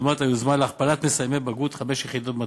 כדוגמת היוזמה להכפלת מספר מסיימי בגרות חמש יחידות מתמטיקה.